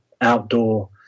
outdoor